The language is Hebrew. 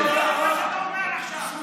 מה זה קשור לחוק?